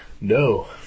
No